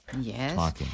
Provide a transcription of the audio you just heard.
Yes